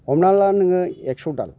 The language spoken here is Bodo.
हमना ला नोङो एक्स' दाल